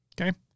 Okay